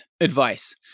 advice